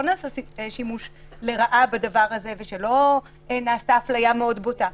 נעשה בו שימוש לרעה ולא נעשתה הפליה בוטה,